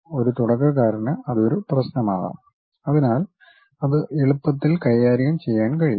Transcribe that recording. ഒരു തുടക്കക്കാരന് അത് ഒരു പ്രശ്നമാകാം അതിനാൽ അത് എളുപ്പത്തിൽ കൈകാര്യം ചെയ്യാൻ കഴിയും